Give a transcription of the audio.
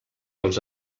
els